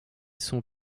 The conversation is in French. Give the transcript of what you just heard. son